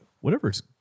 whatever's